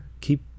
keep